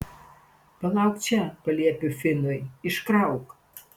palauk čia paliepiu finui iškrauk